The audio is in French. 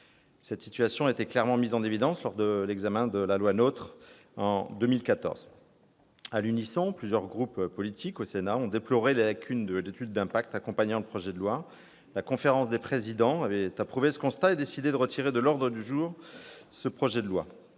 Cette situation a été clairement mise en évidence lors de l'examen du projet de loi NOTRe, en 2014. À l'unisson, plusieurs groupes politiques du Sénat avaient déploré les lacunes de l'étude d'impact accompagnant ce projet de loi. La conférence des présidents avait entériné ce constat et décidé de retirer le texte de l'ordre du jour.